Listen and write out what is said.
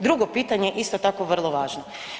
Drugo pitanje isto tako vrlo važno.